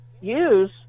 use